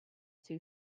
two